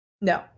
No